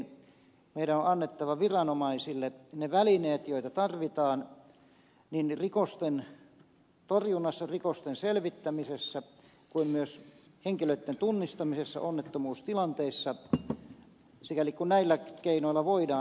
meidän on annettava viranomaisille ne välineet joita tarvitaan niin rikosten torjunnassa rikosten selvittämisessä kuin myös henkilöitten tunnistamisessa onnettomuustilanteissa sikäli kun näillä keinoilla voidaan